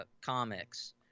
comics